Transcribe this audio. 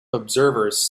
observers